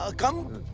ah come